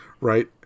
right